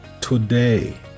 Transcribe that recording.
Today